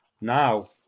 Now